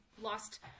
lost